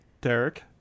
Derek